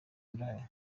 indaya